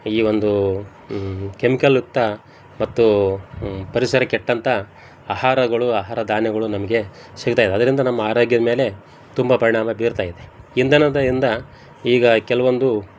ಈ ಒಂದು ಕೆಮ್ಕಲ್ಯುಕ್ತ ಮತ್ತು ಪರಿಸರ ಕೆಟ್ಟಂಥ ಆಹಾರಗಳು ಆಹಾರ ಧಾನ್ಯಗಳು ನಮಗೆ ಸಿಗ್ತಾ ಇದೆ ಅದ್ರಿಂದ ನಮ್ಮ ಆರೋಗ್ಯದ ಮೇಲೆ ತುಂಬ ಪರಿಣಾಮ ಬೀರ್ತಾ ಇದೆ ಇಂಧನದ ಇಂದ ಈಗ ಕೆಲವೊಂದು